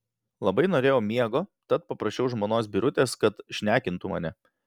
labai norėjau miego tad paprašiau žmonos birutės kad šnekintų mane